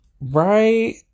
Right